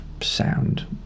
sound